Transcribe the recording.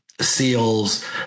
seals